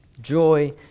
Joy